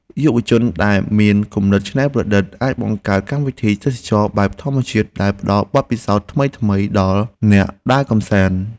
យុវជនដែលមានគំនិតច្នៃប្រឌិតអាចបង្កើតកម្មវិធីទេសចរណ៍បែបធម្មជាតិដែលផ្តល់បទពិសោធន៍ថ្មីៗដល់អ្នកដើរកម្សាន្ត។